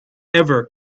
ever